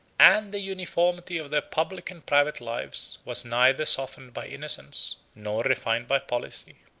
and the uniformity of their public and private lives was neither softened by innocence nor refined by policy.